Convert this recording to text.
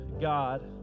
God